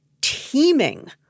teeming